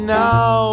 now